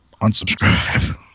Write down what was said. unsubscribe